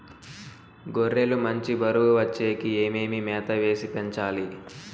గొర్రె లు మంచి బరువు వచ్చేకి ఏమేమి మేత వేసి పెంచాలి?